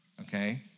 okay